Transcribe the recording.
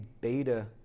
beta